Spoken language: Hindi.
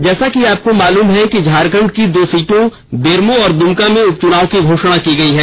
जैसा कि आपको मालूम है कि झारखंड की दो सीटों बेरमो और दुमका में उपचुनाव की घोषणा की गई है